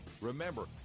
Remember